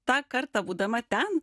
tą kartą būdama ten